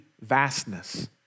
vastness